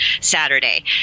Saturday